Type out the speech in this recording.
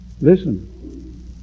Listen